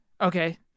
Okay